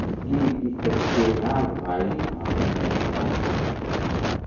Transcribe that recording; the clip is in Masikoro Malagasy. Impiry isaky herinandro va iha manondraky gny raha ambolenao?